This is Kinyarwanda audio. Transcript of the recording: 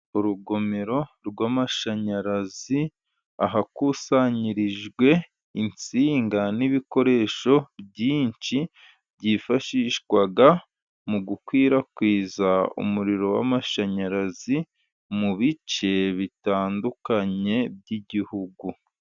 Urugomero rw'amashanyarazi, ahakusanyirijwe insinga n'ibikoresho byinshi byifashishwa mu gukwirakwiza umuriro w'amashanyarazi, mu bice bitandukanye by'igihugu.